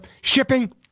Shipping